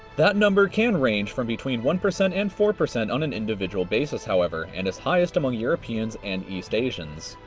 that number can range from between one percent and four percent on an individual basis however, and is highest among europeans and east asians.